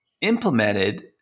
implemented